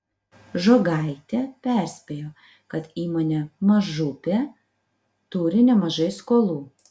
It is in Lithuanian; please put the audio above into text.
žogaitė perspėjo kad įmonė mažupė turi nemažai skolų